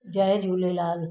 Jay Jhulelal